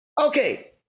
okay